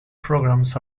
programs